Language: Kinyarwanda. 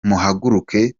muhaguruke